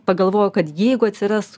pagalvojau kad jeigu atsiras